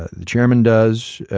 the chairman does,